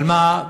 אבל מה,